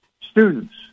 Students